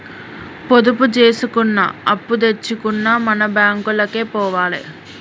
పొదుపు జేసుకున్నా, అప్పుదెచ్చుకున్నా మన బాంకులకే పోవాల